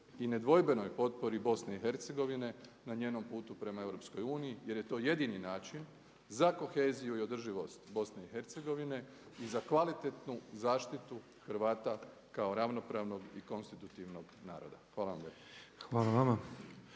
i nedvojbenoj potpori BiH na njenom putu prema EU jer je to jedini način za koheziju i održivost BiH i za kvalitetnu zaštitu Hrvata kao ravnopravnog i konstitutivnog naroda. Hvala vam lijepa.